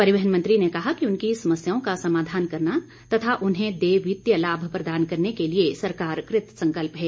परिवहन मंत्री ने कहा कि उनकी समस्याओं का समाधान करना तथा उन्हें देय वित्तीय लाभ प्रदान करने के लिए सरकार कृत संकल्प है